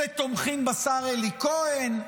אלה תומכים בשר אלי כהן,